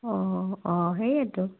অঁ অঁ সেয়েতো